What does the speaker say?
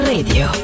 Radio